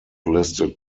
listed